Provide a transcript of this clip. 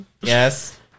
Yes